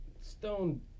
Stone